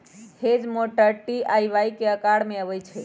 hedge mower T आ Y के अकार में अबई छई